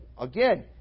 again